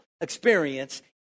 experience